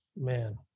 Man